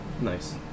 Nice